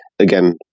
Again